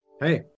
Hey